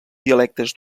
dialectes